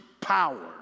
power